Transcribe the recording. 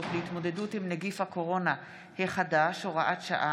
להתמודדות עם נגיף הקורונה החדש (הוראת שעה)